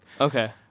Okay